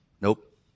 Nope